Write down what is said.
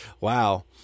Wow